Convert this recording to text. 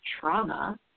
trauma